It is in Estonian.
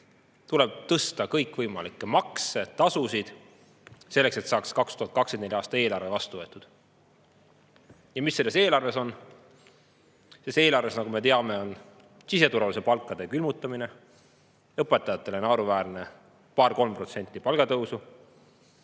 tuleb tõsta kõikvõimalikke makse, tasusid, selleks et saaks 2024. aasta eelarve vastu võetud. Ja mis selles eelarves on? Selles eelarves, nagu me teame, on siseturvalisuse palkade külmutamine ja õpetajatele naeruväärne paar-kolm protsenti palgatõusu.